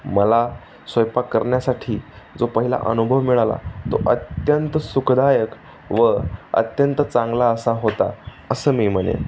मला स्वयंपाक करण्यासाठी जो पहिला अनुभव मिळाला तो अत्यंत सुखदायक व अत्यंत चांगला असा होता असं मी म्हणेन